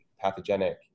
pathogenic